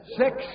six